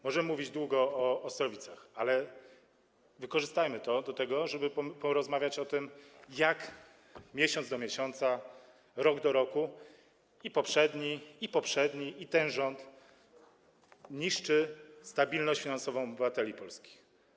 Możemy mówić długo o Ostrowicach, ale wykorzystajmy to do tego, żeby porozmawiać o tym, jak miesiąc do miesiąca, rok do roku, rządy poprzedni i poprzedni, i ten niszczą stabilność finansową obywateli polskich.